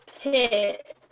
pit